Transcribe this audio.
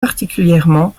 particulièrement